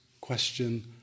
question